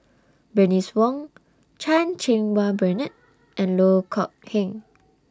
Bernice Wong Chan Cheng Wah Bernard and Loh Kok Heng